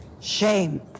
Shame